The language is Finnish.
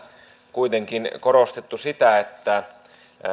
kuitenkin korostettu sitä että